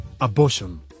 Abortion